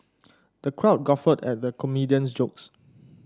the crowd guffawed at the comedian's jokes